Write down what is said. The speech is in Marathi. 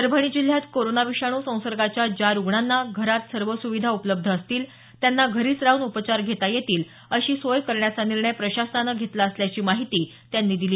परभणी जिल्ह्यात कोरोना विषाणू संसर्गाच्या ज्या रुग्णांना घरात सर्व सुविधा उपलब्ध असतील त्यांना घरीच राहून उपचार घेता येतील अशी सोय करण्याचा निर्णय प्रशासनानं घेतला असल्याची माहिती त्यांनी दिली